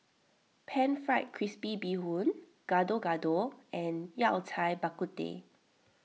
Pan Fried Crispy Bee Hoon Gado Gado and Yao Cai Bak Kut Teh